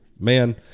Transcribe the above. man